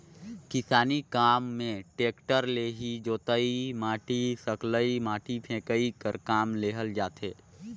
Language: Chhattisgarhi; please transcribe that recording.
किसानी काम मे टेक्टर ले ही जोतई, माटी सकलई, माटी फेकई कर काम लेहल जाथे